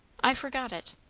i forgot it.